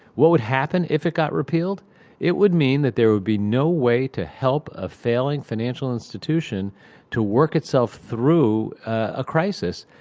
what would happen if it got repealed it would mean that there would be no way to help a failing financial institution to work itself through a crisis.